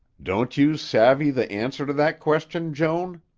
don't you savvy the answer to that question, joan?